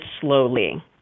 slowly